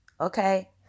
Okay